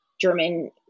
German